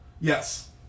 Yes